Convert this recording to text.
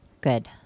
Good